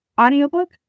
audiobook